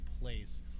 place